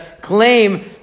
Claim